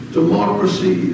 democracy